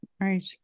Right